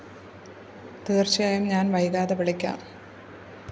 തീർച്ചയായും ഞാൻ വൈകാതെ വിളിക്കാം